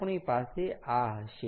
આપણી પાસે આ હશે